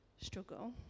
struggle